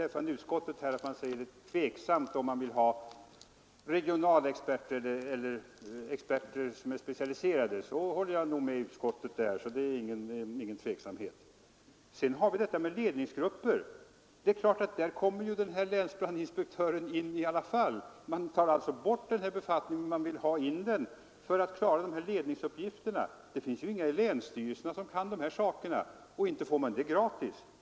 Vad beträffar regionala experter eller experter som är specialiserade håller jag nog med utskottet. Där behöver det inte vara någon tveksamhet. När det gäller ledningsgrupperna kommer länsbrandinspektören in i alla fall. Man tar bort befattningen, men man vill ha någon som klarar ledningsuppgifterna. Det finns ju ingen personal i länsstyrelserna som kan de här sakerna, och inte får man någon sådan gratis.